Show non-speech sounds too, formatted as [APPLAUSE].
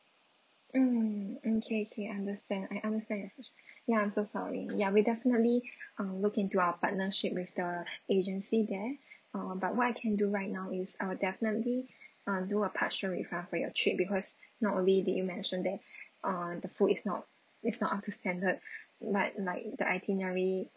mm okay K understand I understand your frust~ ya I'm so sorry ya we definitely um look into our partnership with the agency there uh but what I can do right now is I'll definitely um do a partial refund for your trip because not only did you mention that [BREATH] uh the food is not is not up to standard [BREATH] like like the itinerary